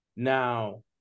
now